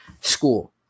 school